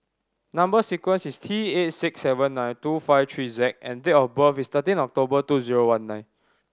number sequence is T eight six seven nine two five three Z and date of birth is thirteen October two zero one nine